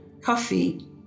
Coffee